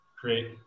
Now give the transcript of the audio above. create